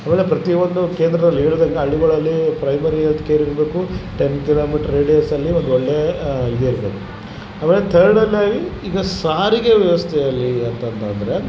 ಅವೆಲ್ಲ ಪ್ರತಿಒಂದು ಕೇಂದ್ರಲ್ಲಿ ಹೇಳ್ದಂಗ ಹಳ್ಳಿಗಳಲ್ಲಿ ಪ್ರೈಮರಿ ಎಲ್ತ್ ಕೇರ್ ಇರ್ಬೋಕು ಟೆನ್ ಕಿಲೋಮೀಟ್ರ್ ರೆಡಿಯಾಸಲ್ಲಿ ಒಂದು ಒಳ್ಳೇ ಇದು ಇರಬೇಕು ಆಮೇಲೆ ಥರ್ಡಲ್ಲಿ ಆಗಿ ಈಗ ಸಾರಿಗೆ ವ್ಯವಸ್ಥೆಯಲ್ಲಿ ಏನು ಅಂತಂತಂದರೆ